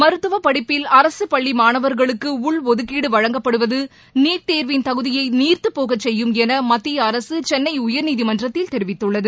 மருத்துவப் படிப்பில் அரசுப் பள்ளி மாணவர்களுக்கு உள்ஒதுக்கீடு வழங்கப்படுவது நீட் தேர்வின் தகுதியை நீர்த்துப்போக செய்யும் என மத்திய அரசு சென்ளை உயர்நீதிமன்றத்தில் தெரிவித்துள்ளது